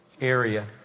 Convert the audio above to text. area